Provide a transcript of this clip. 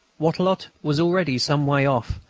wattrelot was already some way off,